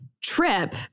trip